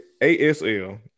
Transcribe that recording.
ASL